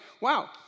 wow